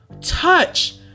touch